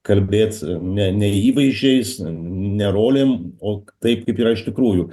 kalbėt ne ne įvaizdžiais ne rolėm o taip kaip yra iš tikrųjų